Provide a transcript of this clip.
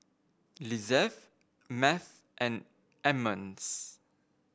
Lizeth Math and Emmons